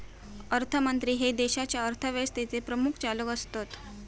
अर्थमंत्री हे देशाच्या अर्थव्यवस्थेचे प्रमुख चालक असतत